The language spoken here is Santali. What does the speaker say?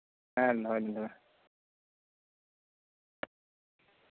ᱦᱮᱸ ᱫᱚᱦᱚᱭᱤᱫᱟᱹᱧ ᱛᱚᱵᱮ